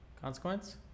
Consequence